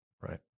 Right